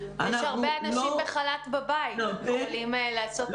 יש הרבה אנשים בחל"ת בבית, הם יכולים לתת מענה.